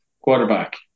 quarterback